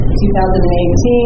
2018